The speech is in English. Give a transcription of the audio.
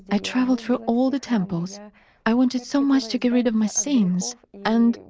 i traveled through all the temples i wanted so much to get rid of my sins and.